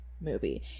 movie